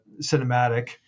cinematic